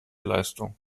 leistung